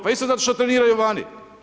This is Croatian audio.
Pa isto zato što treniraju vani.